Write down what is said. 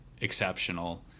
exceptional